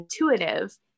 intuitive